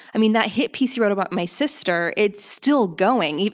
i mean, that hit piece he wrote about my sister, it's still going.